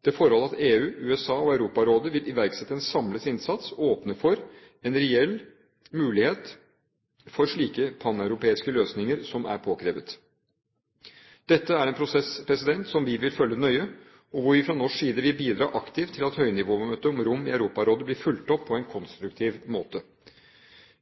Det forhold at EU, OSSE og Europarådet vil iverksette en samlet innsats, åpner for en reell mulighet for slike paneuropeiske løsninger som er påkrevd. Dette er en prosess som vi vil følge nøye, og hvor vi fra norsk side vil bidra aktivt til at høynivåmøtet om romfolket i Europarådet blir fulgt opp på en konstruktiv måte.